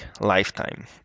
lifetime